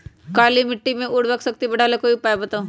काली मिट्टी में उर्वरक शक्ति बढ़ावे ला कोई उपाय बताउ?